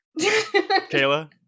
Kayla